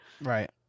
Right